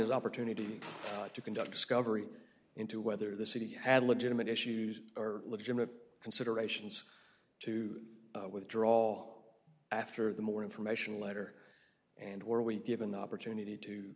his opportunity to conduct discovery into whether the city had legitimate issues are legitimate considerations to withdraw after the more information letter and or way given the opportunity to